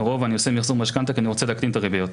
לרוב אני עושה מחזור משכנתה כי אני רוצה להקטין את הריביות.